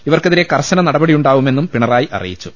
ഇവർക്കെതിരെ കർശന നട പടിയുണ്ടാവുമെന്നും പിണറായി അറിയിച്ചു